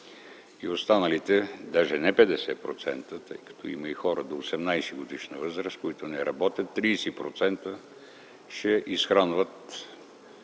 и останалите, даже не 50%, защото има хора до 18 годишна възраст, които не работят – 30% ще изхранват